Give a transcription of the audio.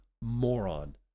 moron